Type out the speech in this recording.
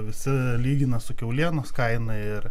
visi lygina su kiaulienos kaina ir